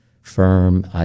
firm